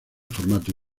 formato